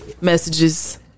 messages